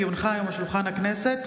כי הונחו היום על שולחן הכנסת,